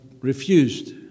refused